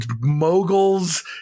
moguls